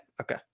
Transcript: Okay